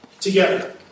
together